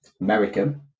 American